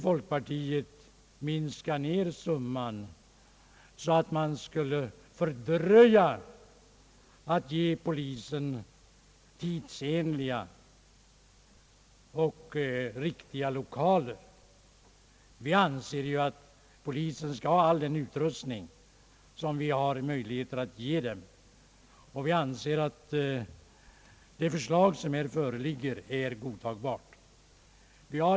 Folkpartiet vill minska den summan med påföljd att arbetet att ge polisen tidsenliga och riktiga lokaler skulle fördröjas. Vi anser att polisen skall ha all den utrustning som man kan ge den. Det förslag som här föreligger är därför enligt vår uppfattning godtagbart.